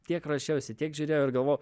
tiek ruošiausi tiek žiūrėjau ir galvojau